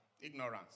Ignorance